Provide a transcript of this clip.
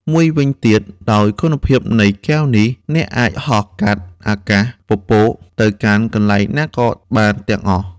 មួយវិញទៀតដោយគុណភាពនៃកែវនេះ អ្នកអាចហោះកាត់អាកាសពពកទៅកាន់កន្លែងណាក៏បានទាំងអស់។